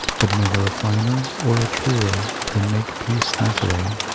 but never a finer or a truer than makepeace thackeray.